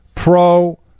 Pro